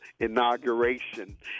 inauguration